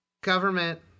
government